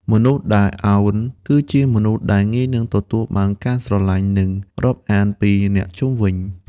មនុស្សដែល «ឱន» គឺជាមនុស្សដែលងាយនឹងទទួលបានការស្រឡាញ់ និងរាប់អានពីអ្នកជុំវិញ។